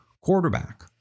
quarterback